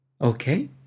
Okay